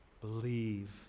Believe